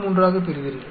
00833 ஆகப் பெறுவீர்கள்